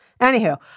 anywho